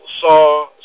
saw